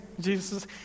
Jesus